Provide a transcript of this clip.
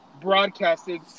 broadcasted